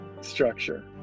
structure